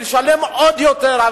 לשלם עוד יותר.